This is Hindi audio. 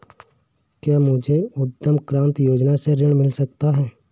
क्या मुझे उद्यम क्रांति योजना से ऋण मिल सकता है?